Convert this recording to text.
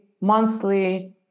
monthly